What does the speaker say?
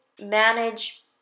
manage